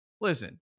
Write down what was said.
Listen